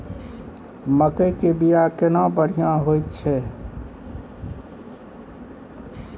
मकई के बीया केना बढ़िया होय छै?